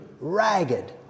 ragged